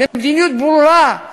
למדיניות ברורה,